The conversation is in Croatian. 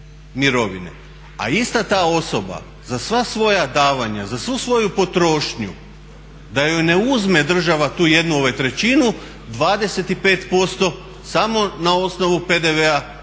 A ista ta osoba za sva svoja davanja, za svu svoju potrošnju da joj ne uzme država tu jednu trećinu 25% samo na osnovu PDV-a